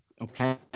okay